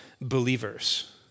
believers